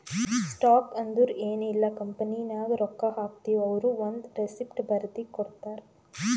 stock ಅಂದುರ್ ಎನ್ ಇಲ್ಲ ಕಂಪನಿನಾಗ್ ರೊಕ್ಕಾ ಹಾಕ್ತಿವ್ ಅವ್ರು ಒಂದ್ ರೆಸಿಪ್ಟ್ ಬರ್ದಿ ಕೊಡ್ತಾರ್